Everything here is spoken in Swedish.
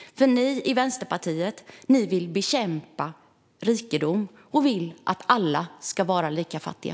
Ni i Vänsterpartiet vill bekämpa rikedom och vill att alla ska vara lika fattiga.